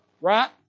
Right